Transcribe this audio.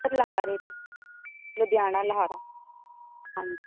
sir ਲਹਾਰੇ ਦਾ ਲੁਧਿਆਣਾ ਲਹਾਰਾ ਹਾਂਜੀ